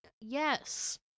Yes